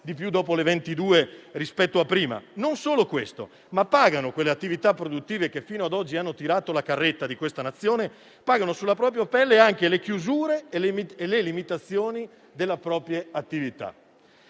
di più dopo le 22, rispetto a prima. E non solo questo: pagano quelle attività produttive che fino ad oggi hanno tirato la carretta di questa Nazione; pagano sulla propria pelle anche le chiusure e le limitazioni della propria attività.